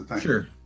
Sure